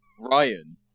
Ryan